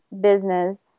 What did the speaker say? business